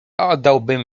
oddałbym